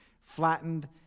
flattened